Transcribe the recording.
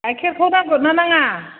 गाइखेरखौ नांगौ ना नाङा